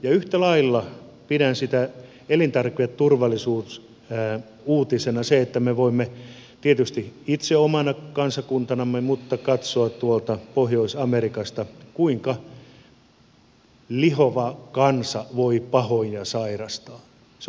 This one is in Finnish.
yhtä lailla pidän elintarviketurvallisuusuutisena sitä elintärkeät turvallisuus kää uutisena se että me voimme tietysti itse omana kansakuntanamme mutta myös tuolta pohjois amerikasta katsoa kuinka lihova kansa voi pahoin ja sairastaa